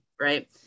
Right